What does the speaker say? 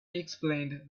explained